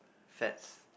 fats